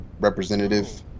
representative